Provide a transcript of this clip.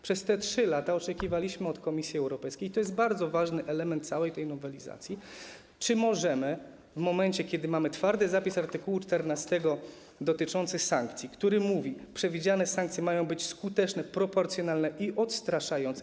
Przez 3 lata czekaliśmy na stanowisko Komisji Europejskiej - i to jest bardzo ważny element całej tej nowelizacji - czy możemy w momencie, kiedy mamy twardy zapis art. 14 dotyczący sankcji, który mówi: przewidziane sankcje mają być skuteczne, proporcjonalne i odstraszające.